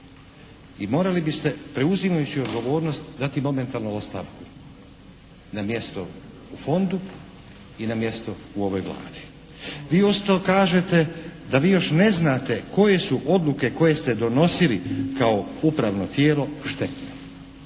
i morali biste preuzimajući odgovornost dati momentalno ostavku na mjesto u fondu i na mjesto u ovoj Vladi. Vi isto kažete da vi još ne znate koje su odluke koje ste donosili kao upravno tijelo štetne.